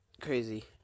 crazy